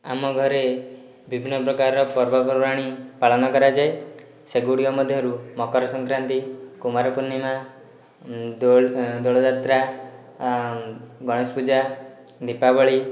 ଆମ ଘରେ ବିଭିନ୍ନ ପ୍ରକାରର ପର୍ବପର୍ବାଣି ପାଳନ କରାଯାଏ ସେଗୁଡ଼ିକ ମଧ୍ୟରୁ ମକର ସଂକ୍ରାନ୍ତି କୁମାର ପୂର୍ଣ୍ଣିମା ଦୋଳ୍ ଦୋଳ ଯାତ୍ରା ଗଣେଶ ପୂଜା ଦୀପାବଳୀ